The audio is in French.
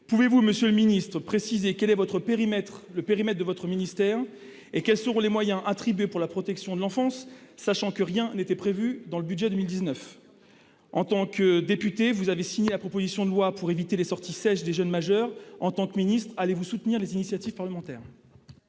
Pouvez-vous, monsieur le secrétaire d'État, préciser quel est le périmètre de vos attributions et quels seront les moyens attribués à la protection de l'enfance, sachant que rien n'était prévu dans le budget pour 2019 ? En tant que député, vous avez signé la proposition de loi visant à éviter les sorties sèches des jeunes majeurs. En tant que secrétaire d'État, allez-vous soutenir les initiatives parlementaires ?